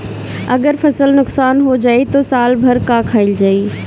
अगर फसल नुकसान हो जाई त साल भर का खाईल जाई